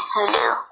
Hulu